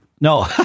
No